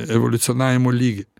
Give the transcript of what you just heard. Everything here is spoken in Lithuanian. evoliucionavimo lygį